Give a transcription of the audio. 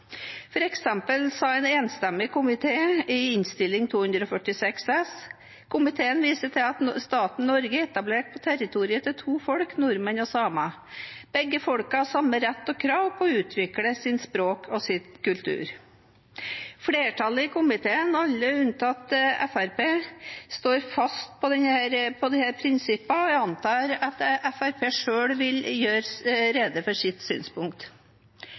sa en enstemmig komité i Innst. 246 S for 2020–2021: «Komiteen viser til at staten Norge er etablert på territoriet til to folk, nordmenn og samer. Begge folkene har samme rett og krav på å kunne utvikle sin kultur og sitt språk.» Flertallet i komiteen, alle unntatt Fremskrittspartiet, står fast på disse prinsippene. Jeg antar at Fremskrittspartiet selv vil gjøre rede for sitt synspunkt.